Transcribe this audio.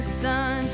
sun